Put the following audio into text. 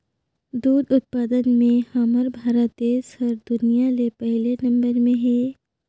दूद उत्पादन में हमर भारत देस हर दुनिया ले पहिले नंबर में हे